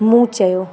मूं चयो